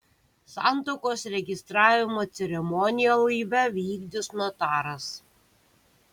santuokos registravimo ceremoniją laive vykdys notaras